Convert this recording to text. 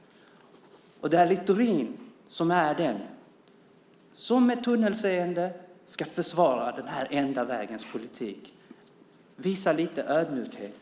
Det är Littorin som är den som med tunnelseende ska försvara den här enda vägens politik. Visa lite ödmjukhet!